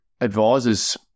advisors